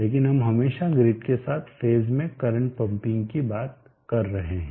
लेकिन हम हमेशा ग्रिड के साथ फेज में करंट पंपिंग की बात कर रहे हैं